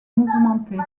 mouvementée